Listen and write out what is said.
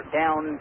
down